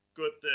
good